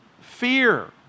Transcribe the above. Fear